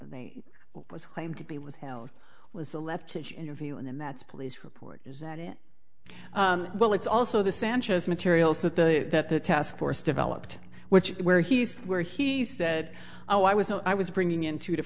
was claimed to be withheld was the left in your view and then that's police report is that it well it's also the sanchez materials that the that the task force developed which where he's where he said oh i was i was bringing in two to